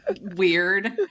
weird